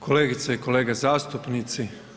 Kolegice i kolege zastupnici.